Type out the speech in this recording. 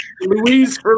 Louise